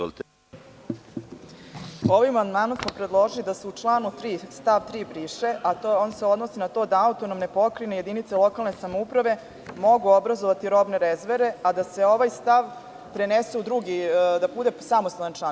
Ovim amandmanom smo predložili da se član 3. stav 3. briše, a on se odnosi na to da autonomne pokrajine, jedinice lokalne samouprave mogu obrazovati robne rezerve, a da se ovaj stav prenese i da bude samostalan član.